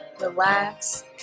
relax